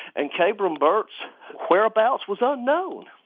and kabrahm burt's whereabouts was unknown